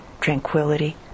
tranquility